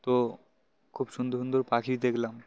তো খুব সুন্দর সুন্দর পাখি দেখলাম